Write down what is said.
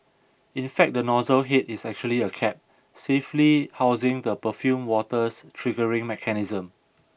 in fact the nozzle hid is actually a cap safely housing the perfumed water's triggering mechanism